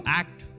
act